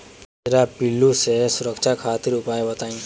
कजरा पिल्लू से सुरक्षा खातिर उपाय बताई?